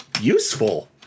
useful